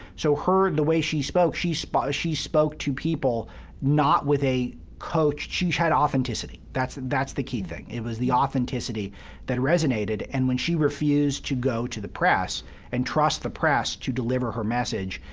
so her the way she spoke, she spoke she spoke to people not with a coached she had authenticity. that's that's the key thing. it was the authenticity that resonated. and when she refused to go to the press and trust the press to deliver her message,